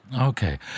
Okay